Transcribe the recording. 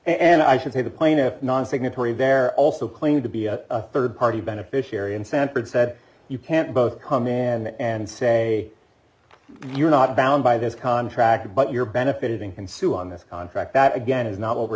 and i should say the plaintiff non signatory they're also claiming to be a rd party beneficiary and sanford said you can't both come in and say you're not bound by this contract but you're benefiting and sue on this contract that again is not what we're